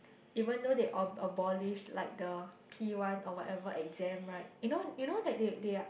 even though they ab~ abolish like the P-one or whatever exam right you know you know that they they're